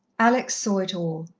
alex saw it all.